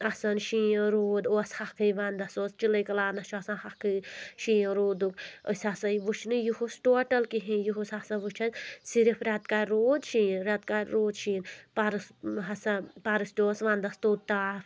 آسان شیٖن روٗد اوس حَقھےٕ وَندَس اوس چِلٕے کلانَس چھُ آسن حَقھےٕ شیٖن روٗدُک أسۍ ہسا وٕچھنہٕ یِہُس ٹوٹل کِہیٖنۍ یِہُس ہسا وُچھ اَسہِ صِرِف رؠتہٕ کالہِ روٗد شیٖن رؠتہٕ کالہِ روٗد شیٖن پَرُس ہسا پَرُس تہِ اوس ونٛدس توٚت تاپھ